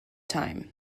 time